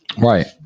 Right